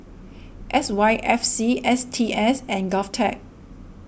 S Y F C S T S and Govtech